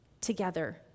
together